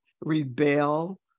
rebel